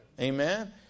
Amen